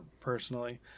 personally